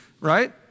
right